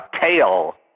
tail